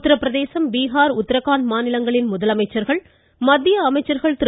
உத்தரப்பிரதேசம் பீகார் உத்தரகாண்ட் மாநிலங்களின் முதலமைச்சர்கள் மத்திய அமைச்சர் திரு